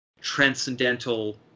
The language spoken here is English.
transcendental